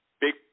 big